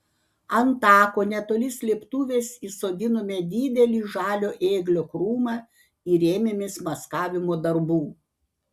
ant tako netoli slėptuvės įsodinome didelį žalio ėglio krūmą ir ėmėmės maskavimo darbų